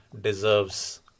deserves